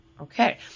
Okay